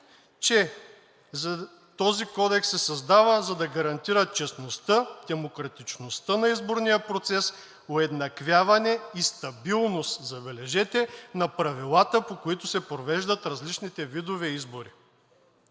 че този кодекс се създава, за да гарантира честността, демократичността на изборния процес, уеднаквяване и стабилност, забележете, на правилата, по които се провеждат различните видове избори.